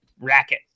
racket